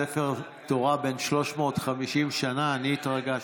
ספר תורה בן 350 שנה, אני התרגשתי.